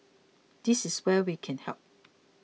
this is where we can help